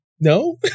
No